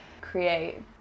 create